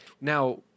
Now –